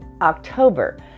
October